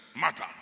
matter